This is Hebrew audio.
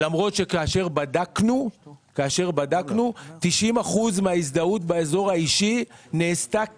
למרות שכאשר בדקנו 90 אחוזים מההזדהות באזור האישי כן נעשתה